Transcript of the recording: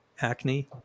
acne